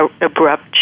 abrupt